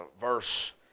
verse